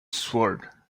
sword